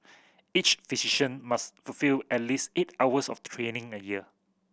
each physician must fulfil at least eight hours of training a year